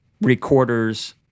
recorders